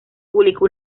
publicó